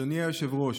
אדוני היושב-ראש,